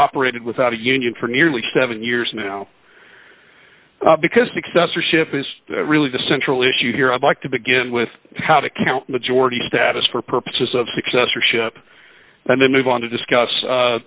operated without a union for nearly seven years now because successorship is really the central issue here i'd like to begin with how to count majority status for purposes of successorship and then move on to discuss